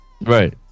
Right